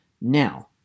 Now